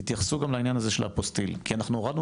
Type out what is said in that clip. תתייחסו לעניין הזה של האפוסטיל כי אנחנו הורדנו